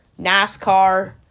NASCAR